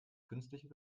künstlichen